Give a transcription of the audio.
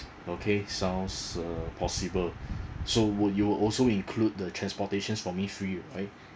okay sounds uh plausible so would you also include the transportation for me free right